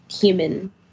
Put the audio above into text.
human